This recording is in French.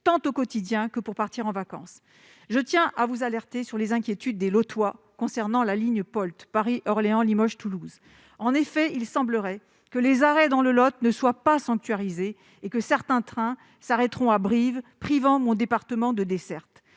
tant au quotidien que pour partir en vacances, je tiens à vous alerter sur les inquiétudes des Lotois concernant la ligne Polt Paris-Orléans, Limoges, Toulouse, en effet, il semblerait que les arrêts dans le Lot, ne soit pas sanctuariser et que certains trains s'arrêteront à Brive, privant mon département de desserte,